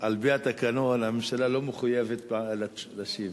שעל-פי התקנון הממשלה לא מחויבת להשיב.